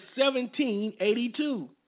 1782